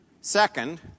Second